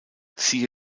siehe